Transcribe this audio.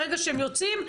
ברגע שהם יוצאים,